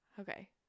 okay